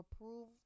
approved